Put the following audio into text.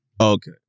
Okay